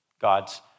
God's